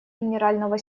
генерального